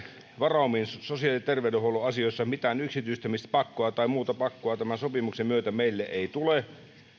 varaumiin sosiaali ja terveydenhuollon asioissa mitään yksityistämispakkoa tai muuta pakkoa tämän sopimuksen myötä meille ei tule